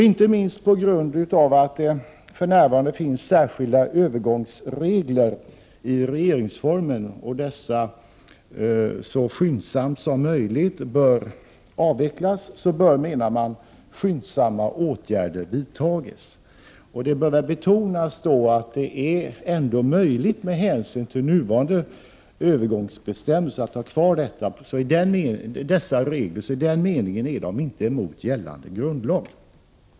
Inte minst på grund av att det för närvarande finns särskilda övergångsregler i regeringsformen och att dessa så skyndsamt som möjligt bör avvecklas menar man att åtgärder snabbt skall vidtas. Det bör då betonas att det med hänsyn till nuvarande övergångsbestämmelser ändå är möjligt att ha kvar dessa regler, så i den meningen strider reglerna inte mot gällande grundlag.